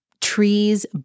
trees